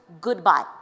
Goodbye